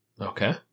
Okay